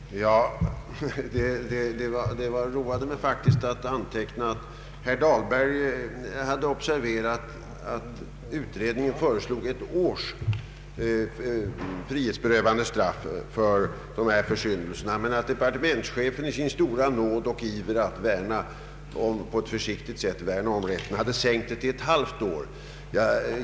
Herr talman! Det roade mig faktiskt att anteckna vad herr Dahlberg sade. Han hade observerat att utredningen föreslog ett straff på ett års frihetsberövande, men departementschefen hade i sin stora nåd och iver att värna om medborgarna på ett försiktigt sätt sänkt straffet till ett halvt års frihetsberövande.